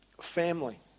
family